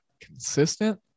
consistent